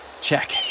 Check